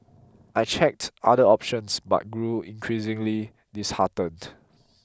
I checked other options but grew increasingly disheartened